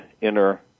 inner